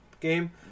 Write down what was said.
game